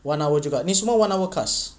one hour juga ni semua one our cast